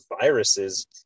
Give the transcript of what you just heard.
viruses